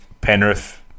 Penrith